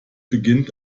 beginnt